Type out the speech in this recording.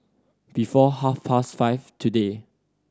before half past five today